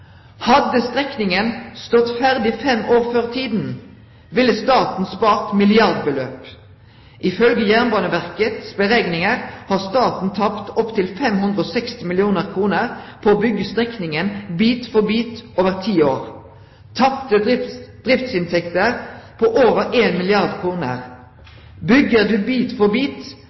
Hadde strekningen stått ferdig fem år før tiden, ville staten spart milliardbeløp. Ifølge Jernbaneverkets beregninger har staten tapt opptil 560 millioner kroner på å bygge strekningen bit for bit over ti år. Tapte driftsinntekter er på over én milliard kroner. – Bygger du bit for bit,